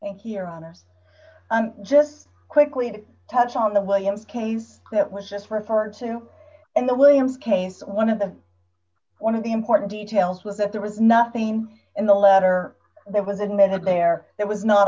and here on this just quickly to touch on the williams case that was just for far too and the williams case one of the one of the important details was that there was nothing in the letter that was admitted there that was not